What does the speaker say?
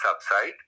subside